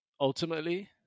ultimately